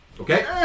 Okay